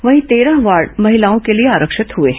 वहीं तेरह वार्ड महिलाओं के लिए आरक्षित हुए हैं